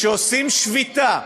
כשעושים שביתה,